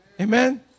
Amen